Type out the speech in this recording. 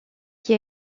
qui